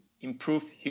improve